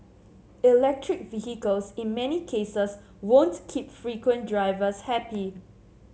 electric vehicles in many cases won't keep frequent drivers happy